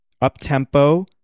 up-tempo